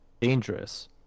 dangerous